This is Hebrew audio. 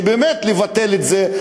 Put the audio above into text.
באמת לבטל את זה,